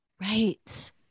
Right